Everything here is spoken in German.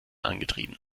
angetrieben